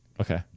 Okay